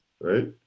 right